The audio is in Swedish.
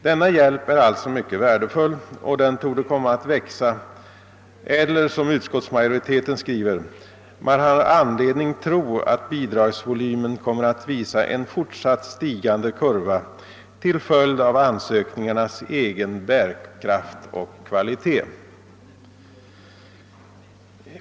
Denna hjälp är alltså mycket värdefull och den torde komma att växa eller, som utskottsmajoriteten skriver, man »har anledning tro att bidragsvolymen kommer att visa en fortsatt stigande kurva till följd av ansökningarnas egen bärkraft och kvalitet».